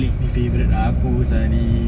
ini favourite aku sia ni